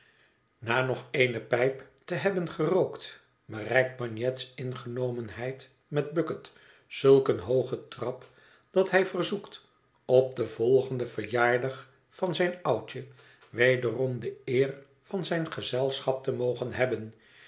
na nog eene pijp te hebben gerookt bereikt bagnet's ingenomenheid met bucket zulk een hoogen trap dat hij verzoekt op den volgenden verjaardag van zijn oudje wederom de eer van zijn gezelschap te mogen hebben